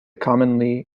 commonly